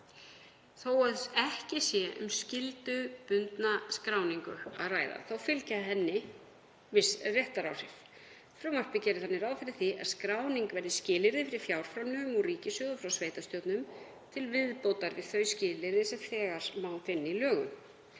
Þótt ekki sé um skyldubundna skráningu að ræða fylgja henni viss réttaráhrif. Frumvarpið gerir þannig ráð fyrir því að skráning verði skilyrði fyrir fjárframlögum úr ríkissjóði frá sveitarstjórnum til viðbótar við þau skilyrði sem þegar má finna í lögum.